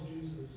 Jesus